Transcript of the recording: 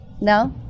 No